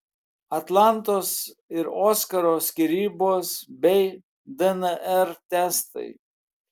atlantos ir oskaro skyrybos bei dnr testai